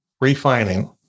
refining